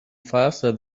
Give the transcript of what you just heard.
faster